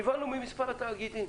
נבהלנו ממספר התאגידים.